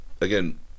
again